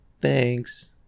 Thanks